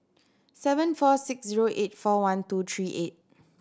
seven four six zero eight four one two three eight